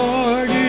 Lord